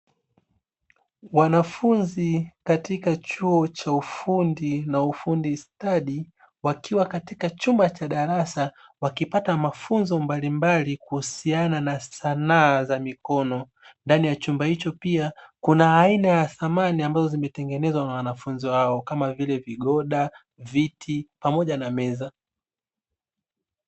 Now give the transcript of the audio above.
Wanafunzi katika chuo cha ufundi na ufundi stadi wakiwa katika chumba cha darasa wakipata mafunzo mbalimbali kuhusiana na sanaa za mikono ndani ya chumba hicho pia kuna aina ya samani zimetengenezwa na waanfunzi hao kama vile vigoda, viti pamoja na meza.